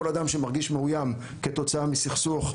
כל אדם שמרגיש מאוים כתוצאה מסכסוך,